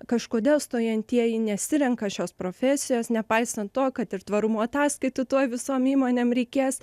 kažkodėl stojantieji nesirenka šios profesijos nepaisan to kad ir tvarumo ataskaitų tuoj visom įmonėm reikės